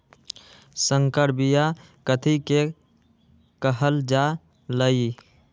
संकर बिया कथि के कहल जा लई?